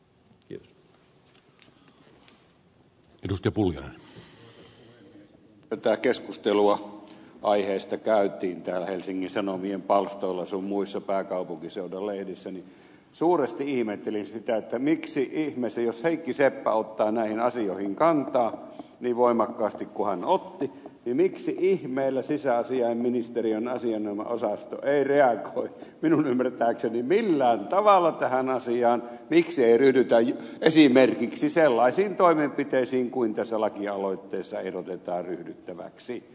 kun tätä keskustelua aiheesta käytiin helsingin sanomien palstoilla sun muissa pääkaupunkiseudun lehdissä niin suuresti ihmettelin sitä että jos heikki seppä ottaa näihin asioihin kantaa niin voimakkaasti kuin hän otti niin miksi ihmeessä sisäasiainministeriön asianomainen osasto ei reagoi minun ymmärtääkseni millään tavalla tähän asiaan miksi ei ryhdytä esimerkiksi sellaisiin toimenpiteisiin kuin tässä lakialoitteessa ehdotetaan ryhdyttäväksi